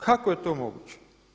Kako je to moguće?